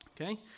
Okay